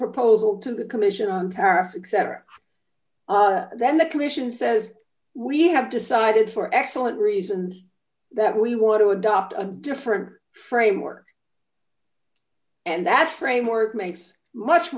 proposal to the commission on terror successor then the commission says we have decided for excellent reasons that we want to adopt a different framework and that framework makes much